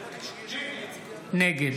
נגד